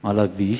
על הכביש,